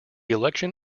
election